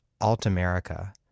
Alt-America